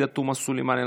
עאידה תומא סלימאן,